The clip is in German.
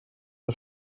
der